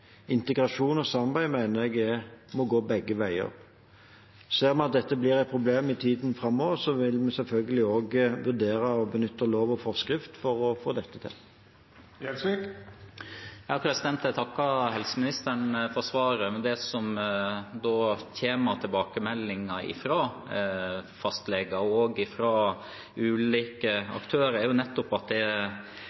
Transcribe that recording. Integrasjon og samarbeid mener jeg må gå begge veier. Ser vi at dette blir et problem i tiden framover, vil vi selvfølgelig også vurdere å benytte lov og forskrift for å få dette til. Jeg takker helseministeren for svaret. Men det som kommer av tilbakemeldinger fra fastleger og fra ulike